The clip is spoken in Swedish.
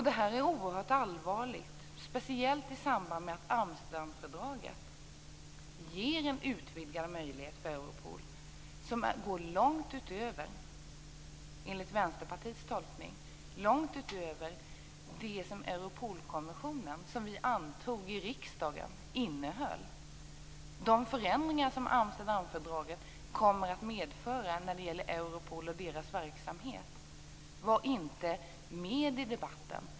Det är oerhört allvarligt, speciellt i samband med att Amsterdamfördraget ger en utvidgad möjlighet åt Europol som enligt Vänsterpartiets tolkning går långt utöver det som Europolkonventionen, som vi antog i riksdagen, innehöll. De förändringar som Amsterdamfördraget kommer att medföra när det gäller Europol och dess verksamhet, var inte med i debatten.